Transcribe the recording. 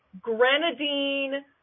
Grenadine